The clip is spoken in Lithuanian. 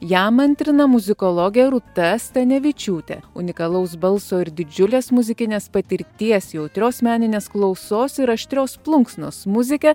jam antrina muzikologė rūta stanevičiūtė unikalaus balso ir didžiulės muzikinės patirties jautrios meninės klausos ir aštrios plunksnos muzikė